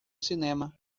cinema